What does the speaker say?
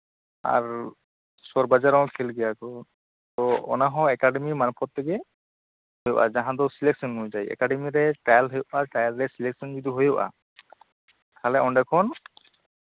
ᱟᱨ ᱥᱚᱦᱚᱨ ᱵᱟᱡᱟᱨ ᱨᱮᱦᱚᱸ ᱠᱷᱮᱞ ᱜᱮᱭᱟ ᱠᱚ ᱚᱱᱟᱦᱚᱸ ᱮᱠᱟᱰᱮᱢᱤ ᱢᱟᱨᱯᱷᱚᱛ ᱛᱮᱜᱮ ᱦᱩᱭᱩᱜᱼᱟ ᱡᱟᱸᱦᱟ ᱫᱚ ᱥᱤᱞᱮᱠᱥᱮᱱ ᱚᱱᱩᱡᱟᱭᱤ ᱯᱨᱚᱛᱷᱚᱢᱨᱮ ᱴᱨᱟᱭᱞ ᱦᱩᱭᱩᱜᱼᱟ ᱴᱨᱟᱭᱟᱞᱨᱮ ᱥᱤᱞᱮᱠᱥᱮᱱ ᱡᱚᱫᱤ ᱦᱩᱭᱩᱜᱼᱟ ᱛᱟᱦᱚᱞᱮ ᱚᱸᱰᱮ ᱠᱷᱚᱱ